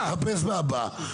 אז תחפש את הבאה.